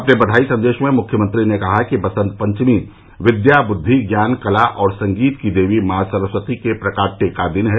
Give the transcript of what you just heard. अपने बधाई संदेश में मुख्यमंत्री ने कहा कि वसन्त पंचमी विद्या बुद्वि ज्ञान कला और संगीत की देवी माँ सरस्वती के प्राकट्य का दिन है